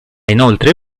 inoltre